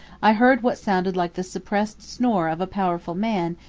i heard what sounded like the suppressed snore of a powerful man,